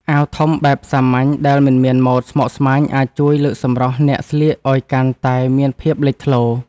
អាវធំបែបសាមញ្ញដែលមិនមានម៉ូដស្មុគស្មាញអាចជួយលើកសម្រស់អ្នកស្លៀកឱ្យកាន់តែមានភាពលេចធ្លោ។